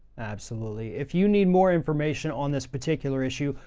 absolutely. if you need more information on this particular issue,